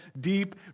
deep